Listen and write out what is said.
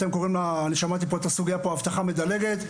אני שמעתי פה את הסוגיה פה אבטחה מדלגת,